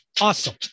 awesome